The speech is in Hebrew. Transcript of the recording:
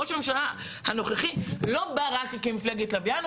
ראש הממשלה הנוכחי לא בא רק כמפלגת לוויין.